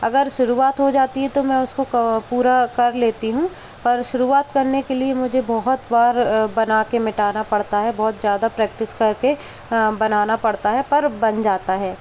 अगर शुरुआत हो जाती है तो मैं उसको पूरा कर लेती हूँ पर शुरुआत करने के लिए मुझे बहुत बार बना के मिटाना पड़ता है बहुत ज़्यादा प्रैक्टिस करके बनाना पड़ता है पर बन जाता है